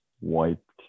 wiped